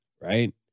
Right